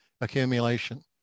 accumulation